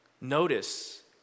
notice